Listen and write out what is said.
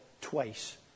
twice